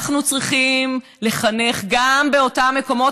אנחנו צריכים לחנך גם באותם מקומות,